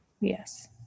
Yes